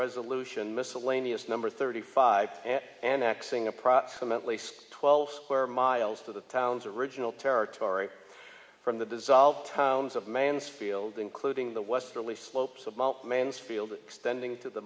resolution miscellaneous number thirty five and axing approximately twelve square miles to the towns original territory from the dissolved towns of mansfield including the westerly slopes of mount mansfield extending to the